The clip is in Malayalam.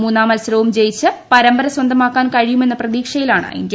മൂന്നാം മത്സരവും ജയിച്ച് പരമ്പര സ്വന്തമാക്കാൻ കഴിയുമെന്ന പ്രതീക്ഷയിലാണ് ഇന്ത്യ